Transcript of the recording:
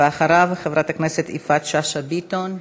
ואחריו, חברת הכנסת יפעת שאשא ביטון.